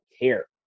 care